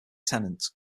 tenant